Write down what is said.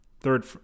third